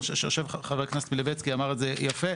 אני חושב שחבר הכנסת מלביצקי אמר את זה יפה,